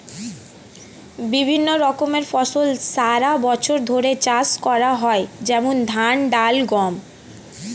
বিভিন্ন রকমের ফসল সারা বছর ধরে চাষ করা হয়, যেমন ধান, ডাল, গম